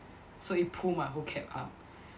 so it pull my whole CAP up